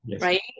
right